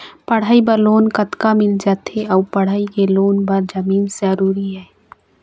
पढ़ई बर लोन कतका मिल जाथे अऊ पढ़ई लोन बर जमीन जरूरी हे?